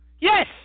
Yes